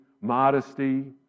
modesty